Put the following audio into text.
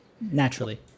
naturally